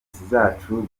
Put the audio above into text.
zacu